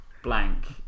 Blank